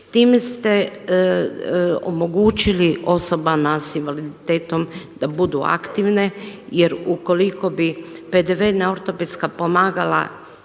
Time ste omogućili osobama sa invaliditetom da budu aktivne, jer ukoliko bi PDV na ortopedska pomagala